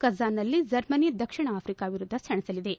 ಕಜಾನ್ನಲ್ಲಿ Germany ದಕ್ಷಿಣ Africa ವಿರುದ್ದ ಸೆಣಸಲಿವೆ